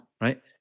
Right